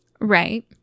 Right